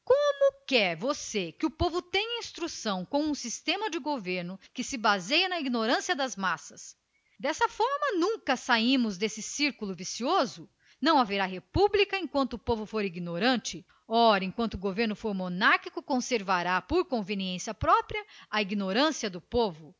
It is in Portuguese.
quer você que o povo seja instruído num país cuja riqueza se baseia na escravidão e com um sistema de governo que tira a sua vida justamente da ignorância das massas por tal forma nunca sairemos deste círculo vicioso não haverá república enquanto o povo for ignorante ora enquanto o governo for monáquico conservará por conveniência própria a ignorância do povo